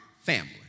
family